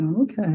Okay